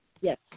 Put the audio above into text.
Yes